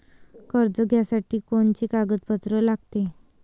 कर्ज घ्यासाठी कोनचे कागदपत्र लागते?